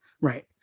Right